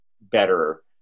better